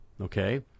okay